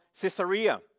Caesarea